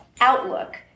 outlook